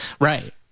right